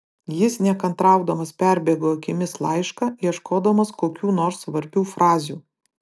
jis nekantraudamas perbėgo akimis laišką ieškodamas kokių nors svarbių frazių